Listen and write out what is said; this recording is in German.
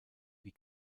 wie